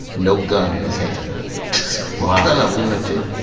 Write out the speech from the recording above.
no gun in his hand what kind of lunatic.